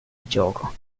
gioco